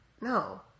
No